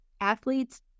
Athletes